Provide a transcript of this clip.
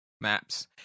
maps